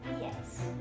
Yes